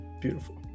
beautiful